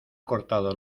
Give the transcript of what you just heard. cortado